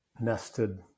nested